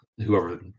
whoever